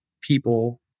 people